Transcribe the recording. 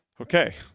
okay